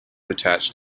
attached